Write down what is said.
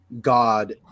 God